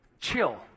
Chill